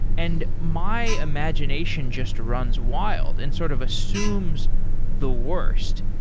and my imagination just runs wild and sort of assumes the worst.